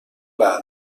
بعد